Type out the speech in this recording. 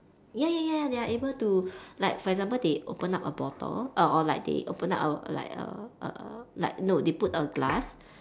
ya ya ya they are able to like for example they open up a bottle uh or like they open up a like a uh like no they put a glass